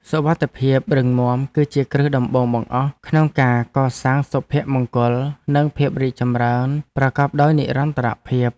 សុវត្ថិភាពរឹងមាំគឺជាគ្រឹះដំបូងបង្អស់ក្នុងការកសាងសភមង្គលនិងភាពរីកចម្រើនប្រកបដោយនិរន្តរភាព។